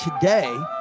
today